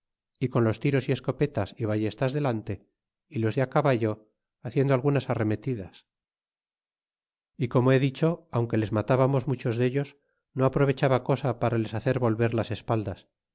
y con los tiros y escopetas y ballestas delante y los de á caballo haciendo algunas arremetidas é como he dicho aunque les matábamos muchos dellos no aprovechaba cosa para les hacer volver las espaldas